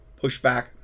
pushback